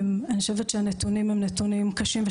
אני חושבת שהנתונים הם נתונים קשים.